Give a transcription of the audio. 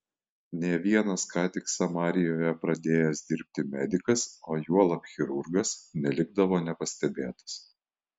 nė vienas ką tik samarijoje pradėjęs dirbti medikas o juolab chirurgas nelikdavo nepastebėtas